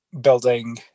building